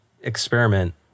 experiment